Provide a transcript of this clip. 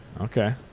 Okay